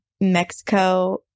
Mexico